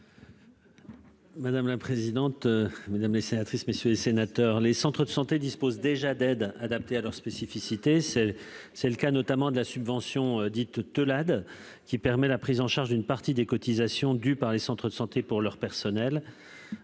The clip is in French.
amendement. Quel est l'avis du Gouvernement ? Les centres de santé disposent déjà d'aides adaptées à leurs spécificités. C'est le cas notamment de la subvention dite Teulade, qui permet la prise en charge d'une partie des cotisations dues par les centres de santé pour leur personnel.